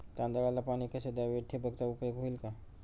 तांदळाला पाणी कसे द्यावे? ठिबकचा उपयोग होईल का?